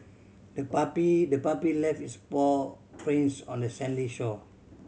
the puppy the puppy left its paw prints on the sandy shore